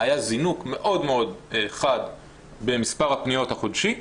היה זינוק מאוד מאוד חד במספר הפניות החודשי,